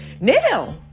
Now